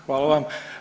Hvala vam.